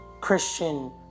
Christian